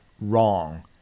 wrong